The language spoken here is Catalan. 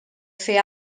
fer